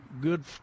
good